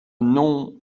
non